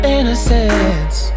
Innocence